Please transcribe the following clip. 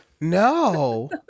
No